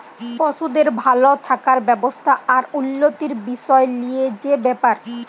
পশুদের ভাল থাকার ব্যবস্থা আর উল্যতির বিসয় লিয়ে যে ব্যাপার